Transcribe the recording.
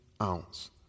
ounce